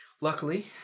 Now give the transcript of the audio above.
Luckily